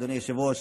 אדוני היושב-ראש.